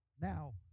Now